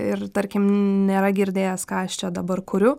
ir tarkim nėra girdėjęs ką aš čia dabar kuriu